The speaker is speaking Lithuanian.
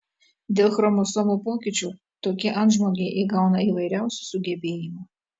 dėl chromosomų pokyčių tokie antžmogiai įgauna įvairiausių sugebėjimų